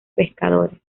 pescadores